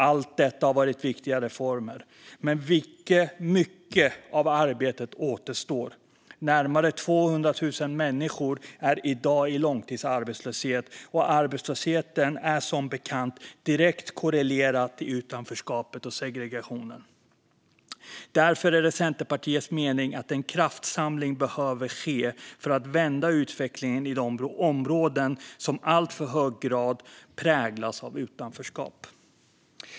Allt detta har varit viktiga reformer. Men mycket av arbetet återstår. Närmare 200 000 människor är i dag i långtidsarbetslöshet, och arbetslösheten är som bekant direkt korrelerad till utanförskapet och segregationen. Därför är det Centerpartiets mening att en kraftsamling behöver ske för att vända utvecklingen i de områden som i alltför hög grad präglas av utanförskap.